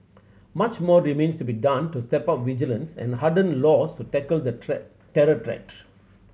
much more remains to be done to step out vigilance and harden laws to tackle the terror threat